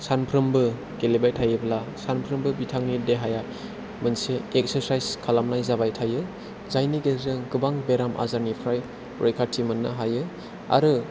सानफ्रोमबो गेलेबाय थायोब्ला सानफ्रोमबो बिथांनि देहाया मोनसे एक्सारसाइस खालामनाय जाबाय थायो जायनि गेजेरजों गोबां बेराम आजारनिफ्राय रैखाथि मोननो हायो आरो